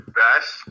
best